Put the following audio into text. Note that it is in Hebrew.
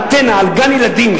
אנטנה על גן-ילדים,